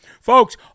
Folks